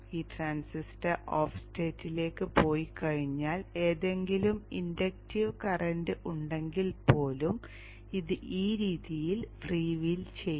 ഈ transistor off സ്റ്റേറ്റിലേക്ക് പോയിക്കഴിഞ്ഞാൽ ഏതെങ്കിലും ഇൻഡക്റ്റീവ് കറന്റ് ഉണ്ടെങ്കിൽ പോലും ഇത് ഈ രീതിയിൽ ഫ്രീ വീൽ ചെയ്യും